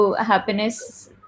happiness